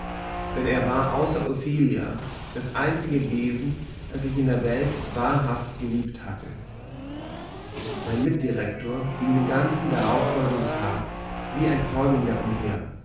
denn er war außer ophelia das einzige wesen das ich in der welt wahrhaftig geliebt hatte mein mitdirektor ging den ganzen darauf folgenden tag wie ein träumender umher